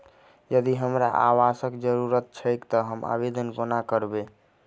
यदि हमरा आवासक जरुरत छैक तऽ हम आवेदन कोना करबै?